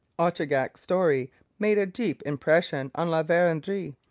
ochagach's story made a deep impression on la verendrye.